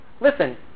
listen